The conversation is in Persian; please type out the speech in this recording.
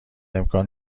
امکان